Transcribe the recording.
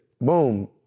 boom